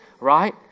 Right